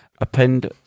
append